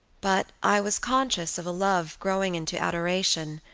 but i was conscious of a love growing into adoration,